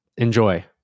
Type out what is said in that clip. Enjoy